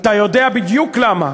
אתה יודע בדיוק למה.